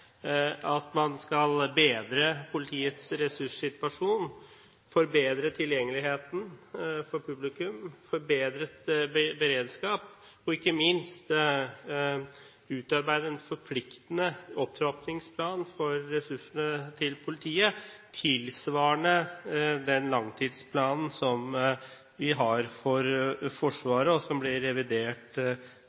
at man skal bedre politiets ressurssituasjon, forbedre tilgjengeligheten for publikum, forbedre beredskapen og ikke minst utarbeide en forpliktende opptrappingsplan for ressursene til politiet tilsvarende den langtidsplanen som vi har for Forsvaret, og som blir revidert